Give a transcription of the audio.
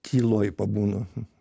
tyloj pabūnu